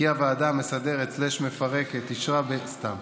כי הוועדה המסדרת/מפרקת אישרה, סתם,